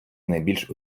найбільш